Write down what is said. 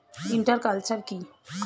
Inter culture কি?